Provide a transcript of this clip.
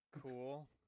cool